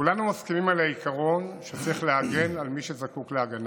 כולנו מסכימים על העיקרון שצריך להגן על מי שזקוק להגנה,